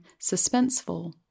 suspenseful